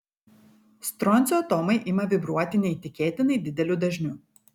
stroncio atomai ima vibruoti neįtikėtinai dideliu dažniu